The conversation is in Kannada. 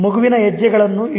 ಮಗುವಿನ ಹೆಜ್ಜೆಗಳನ್ನು ಇಡಿ